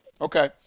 Okay